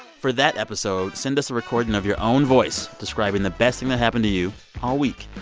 for that episode, send us a recording of your own voice describing the best thing that happened to you all week.